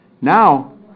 Now